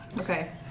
Okay